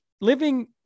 living